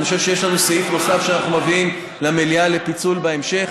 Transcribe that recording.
אני חושב שיש לנו סעיף נוסף שאנחנו מביאים למליאה לפיצול בהמשך.